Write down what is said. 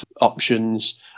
options